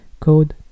Code